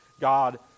God